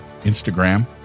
Instagram